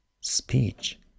speech